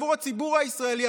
עבור הציבור הישראלי,